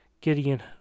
Gideon